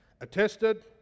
attested